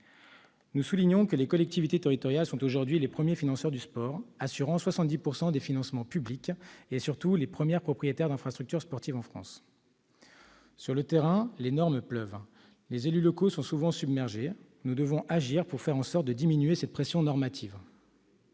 Soulignons que les collectivités territoriales sont aujourd'hui les premiers financeurs du sport, assurant 70 % des financements publics, et surtout les premiers propriétaires d'infrastructures sportives en France. Sur le terrain, les normes pleuvent. Les élus locaux sont souvent submergés. Nous devons agir pour faire en sorte de diminuer cette pression normative.